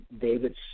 David